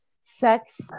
sex